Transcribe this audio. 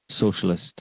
socialist